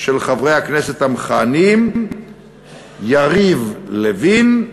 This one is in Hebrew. של חברי הכנסת המכהנים יריב לוין,